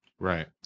Right